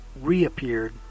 reappeared